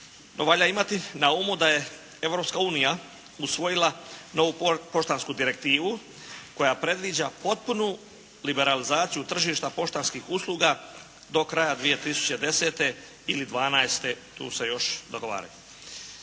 No, valja imati na umu da je Europska Unija usvojila novu poštansku direktivu koja predviđa potpunu liberalizaciju tržišta poštanskih usluga do kraja 2010. ili '12., tu se još dogovaraju.